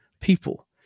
people